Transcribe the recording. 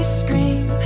scream